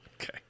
Okay